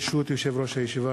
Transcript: ברשות יושב-ראש הישיבה,